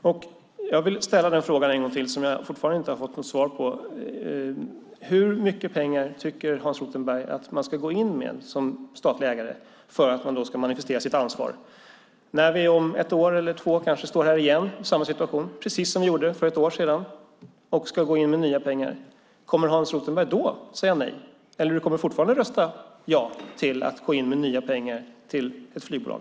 Jag vill ställa en fråga en gång till eftersom jag ännu inte har fått något svar på den: Hur mycket pengar tycker Hans Rothenberg att man som statlig ägare ska gå in med för att manifestera sitt ansvar? Om ett år står vi kanske här igen i samma situation, precis som för ett år sedan, och ska gå in med nya pengar, kommer Hans Rothenberg då att säga nej, eller kommer du att fortsätta rösta ja till att gå in med nya pengar i ett flygbolag?